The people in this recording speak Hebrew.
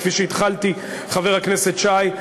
כפי שהתחלתי חבר הכנסת שי,